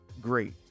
great